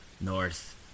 North